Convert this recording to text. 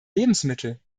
lebensmittel